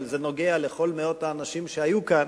אבל זה נוגע לכל מאות האנשים שהיו כאן: